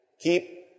Keep